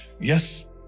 yes